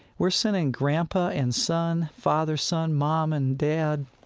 we're sending grandpa and son, father, son, mom and dad.